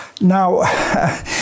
Now